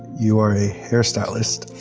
you are a hair stylist.